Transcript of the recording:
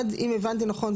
אם הבנתי נכון,